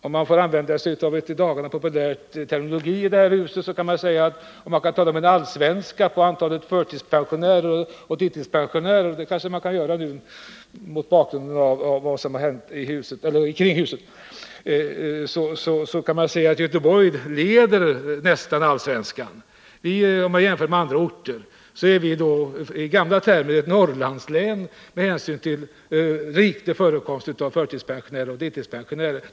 För att använda en just i de här dagarna aktuell terminologi i det här huset med tanke på den fotbollsmatch som just gått av stapeln, så skulle man kunna tala om en Allsvenska i fråga om antalet förtidspensionärer och deltidspensionärer, och då kan man säga att Göteborg nästan leder den Allsvenskan. Om man jämför med andra orter är vi, i gamla termer, ett Norrlandslän med hänsyn till den rikliga förekomsten av förtidsoch deltidspensionärer.